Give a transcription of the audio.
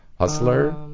Hustler